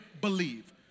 believe